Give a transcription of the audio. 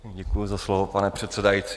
Děkuji za slovo, pane předsedající.